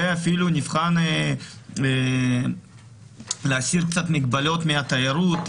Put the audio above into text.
ואפילו נבחן להסיר קצת מגבלות מהתיירות,